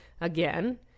again